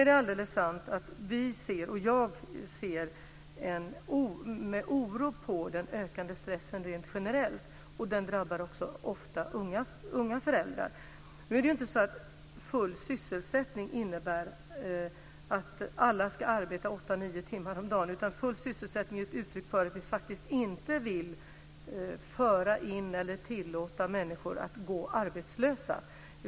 Det är sant att vi ser med oro på den ökande stressen rent generellt. Den drabbar ofta unga föräldrar. Full sysselsättning innebär inte att alla ska arbeta åtta nio timmar om dagen. Full sysselsättning är ett uttryck för att vi faktiskt inte vill tillåta människor att gå arbetslösa.